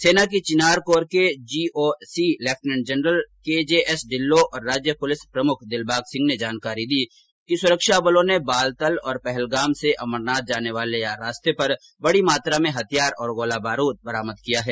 सेना की चिनार कोर के GOC lieutenant general KJS Dhillon और राज्य पुलिस प्रमुख दिलबाग सिंह ने जानकारी दी कि सुरक्षा बलों ने बालतल और पहलगाम से अमरनाथ जाने वाले रास्ते पर बड़ी मात्रा में हथियार और गोलाबारूद बरामद किया है